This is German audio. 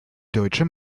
deutsche